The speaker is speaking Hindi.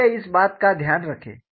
इसलिए इस बात का ध्यान रखें